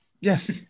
Yes